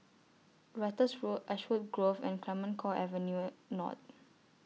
Ratus Road Ashwood Grove and Clemenceau Avenue North